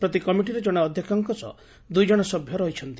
ପ୍ରତି କମିଟିରେ ଜଣେ ଅଧ୍ଧକ୍ଷଙ୍କ ସହ ଦୁଇ ଜଣ ସଭ୍ୟ ରହିଛନ୍ତି